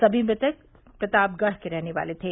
सभी मृतक प्रतापगढ़ के रहने वाले थे